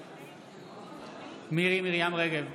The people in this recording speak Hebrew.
בעד מירי מרים רגב,